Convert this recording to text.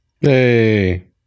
Hey